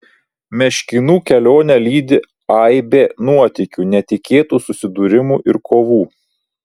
meškinų kelionę lydi aibė nuotykių netikėtų susidūrimų ir kovų